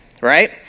right